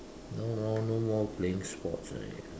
no more no more playing sports already ah